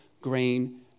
grain